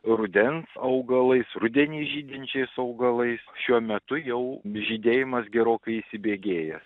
rudens augalais rudenį žydinčiais augalais šiuo metu jau žydėjimas gerokai įsibėgėjęs